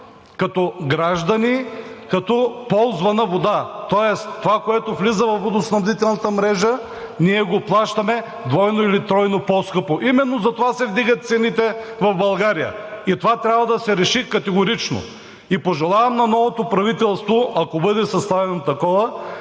плащаме като ползвана вода. Тоест това, което влиза във водоснабдителната мрежа, ние го плащаме двойно или тройно по-скъпо. Именно затова се вдигат цените в България. И това трябва да се реши категорично. Пожелавам на новото правителство, ако бъде съставено такова,